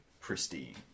pristine